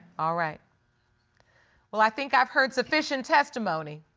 all right. well, i think i've heard sufficient testimony.